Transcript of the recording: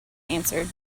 answered